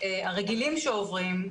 הרגילים שעוברים,